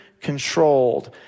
controlled